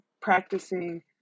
practicing